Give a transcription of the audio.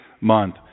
month